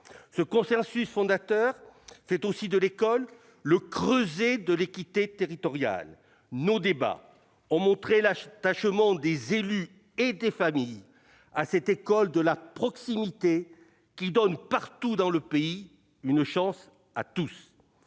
Ce consensus fondateur fait aussi de l'école le creuset de l'équité territoriale. Nos débats ont montré l'attachement des élus et des familles à cette « école de la proximité », qui, partout dans le pays, donne une chance à tous.